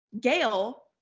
Gail